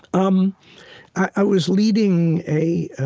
um i was leading a